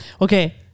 Okay